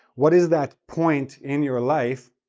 what is that point in your life,